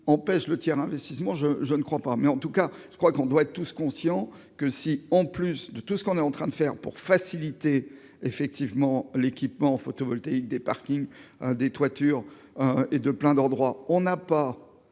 pèse le tiers investissement je je ne crois pas, mais en tout cas je crois qu'on doit tous conscients que si, en plus de tout ce qu'on est en train de faire pour faciliter, effectivement, l'équipement photovoltaïque des parkings, des toitures et de plein d'endroits où on n'a pas